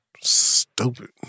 Stupid